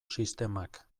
sistemak